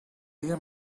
dia